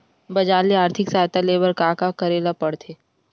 बजार ले आर्थिक सहायता ले बर का का करे ल पड़थे?